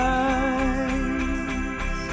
eyes